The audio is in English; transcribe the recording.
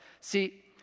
See